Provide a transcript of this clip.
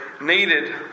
needed